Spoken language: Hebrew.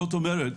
זאת אומרת,